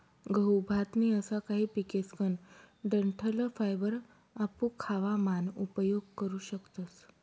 गहू, भात नी असा काही पिकेसकन डंठल फायबर आपू खावा मान उपयोग करू शकतस